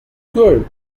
good